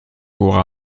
aura